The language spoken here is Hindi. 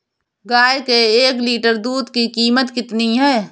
गाय के एक लीटर दूध की कीमत कितनी है?